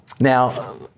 Now